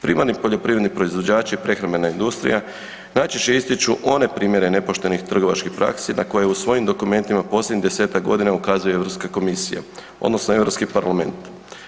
Primarni poljoprivredni proizvođač je prehrambena industrija, najčešće ističu one primjere nepoštenih trgovačkih praksi na koje u svojim dokumentima posljednjih 10-ak godina ukazuje Europska komisija, odnosno Europski parlament.